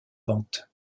vente